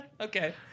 Okay